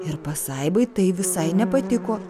ir pasaibai tai visai nepatiko